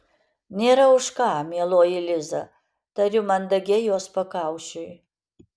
nėra už ką mieloji liza tariu mandagiai jos pakaušiui